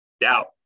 doubt